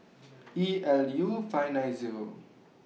E L U five nine Zero